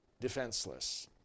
defenseless